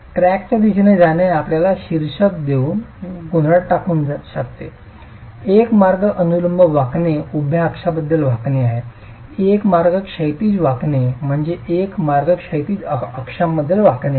क्रॅकच्या दिशेने जाणे आपल्याला शीर्षक देऊन गोंधळात टाकू शकते एक मार्ग अनुलंब वाकणे उभ्या अक्षाबद्दल वाकणे आहे एक मार्ग क्षैतिज वाकणे म्हणजे एक मार्ग क्षैतिज अक्षांबद्दल वाकणे आहे